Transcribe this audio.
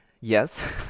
Yes